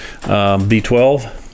B12